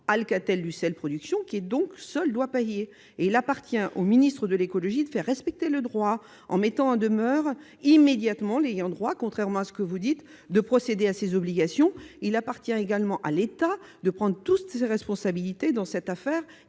Alcatel-Lucent Participations, qui seul doit payer ! Il appartient au ministre de l'écologie de faire respecter le droit, en mettant en demeure immédiatement l'ayant droit, contrairement à ce que vous avez dit, de respecter ses obligations. Il revient à l'État de prendre toutes ses responsabilités dans cette affaire